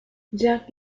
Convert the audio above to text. jack